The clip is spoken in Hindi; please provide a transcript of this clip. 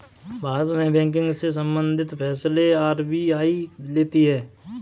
भारत में बैंकिंग से सम्बंधित फैसले आर.बी.आई लेती है